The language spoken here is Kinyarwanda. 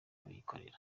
bikorera